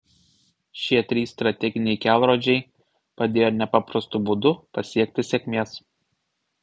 šie trys strateginiai kelrodžiai padėjo nepaprastu būdu pasiekti sėkmės